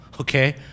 okay